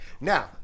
Now